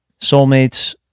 soulmates